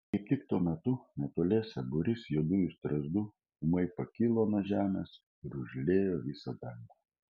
kaip tik tuo metu netoliese būrys juodųjų strazdų ūmai pakilo nuo žemės ir užliejo visą dangų